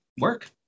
work